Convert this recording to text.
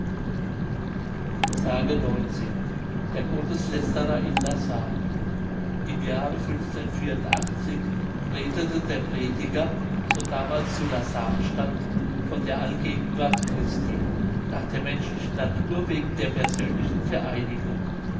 s der gotteslästerer in lassahn im jahre redete der prediger so damals zu lassahn stand von der allgegenwart christi nach der menschlichen natur wegen der persönlichen vereinigung